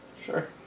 Sure